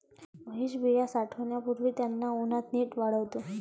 महेश बिया साठवण्यापूर्वी त्यांना उन्हात नीट वाळवतो